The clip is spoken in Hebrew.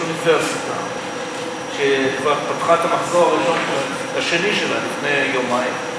יש אוניברסיטה שכבר פתחה את המחזור השני שלה לפני יומיים,